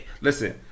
Listen